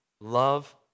love